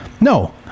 No